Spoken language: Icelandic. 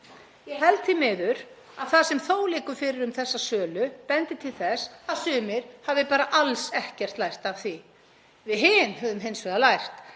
Ég held því miður að það sem þó liggur fyrir um þessa sölu bendi til þess að sumir hafi bara alls ekkert lært af því. Við hin höfum hins vegar lært